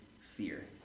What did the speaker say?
fear